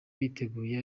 biteguye